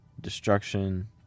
destruction